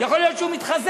יכול להיות שהוא מתחזה.